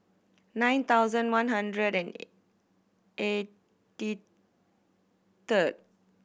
nine thousand one hundred and eighty third